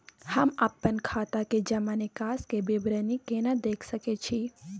हम अपन खाता के जमा निकास के विवरणी केना देख सकै छी?